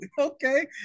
okay